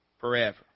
forever